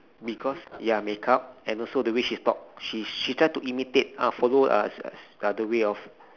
because ya makeup and also the ways she talks she she try to imitate ah follow uh the way of